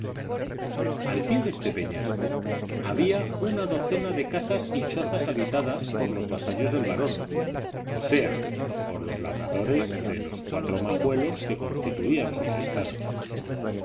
al pie de este peñasco había una docena de casas y chozas habitadas por los vasallos del barón o sea por los labradores de los cuatro majuelos que constituían sus estados